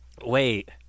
Wait